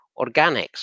organics